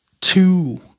two